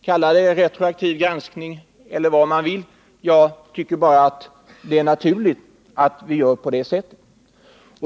Kalla det retroaktiv granskning eller någonting annat — jag tycker det är naturligt att vi gör på det sättet.